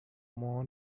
مامان